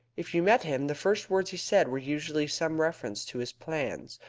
if you met him, the first words he said were usually some reference to his plans,